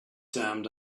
damned